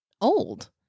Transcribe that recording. old